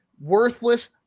worthless